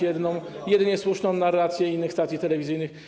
jedną, jedynie słuszną narrację innych stacji telewizyjnych.